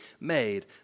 made